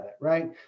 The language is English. right